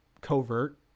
covert